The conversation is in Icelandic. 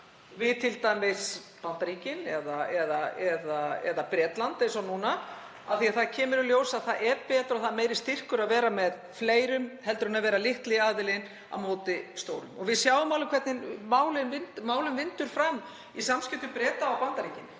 við t.d. Bandaríkin eða Bretland, eins og núna, af því að það kemur í ljós að það er betra og meiri styrkur að vera með fleirum en að vera litli aðilinn á móti stórum. Við sjáum alveg hvernig málum vindur fram í samskiptum Bretlands og Bandaríkjanna,